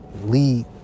lead